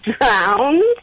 drowned